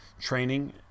training